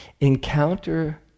encounter